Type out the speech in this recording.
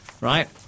right